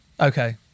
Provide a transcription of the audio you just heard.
Okay